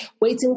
waiting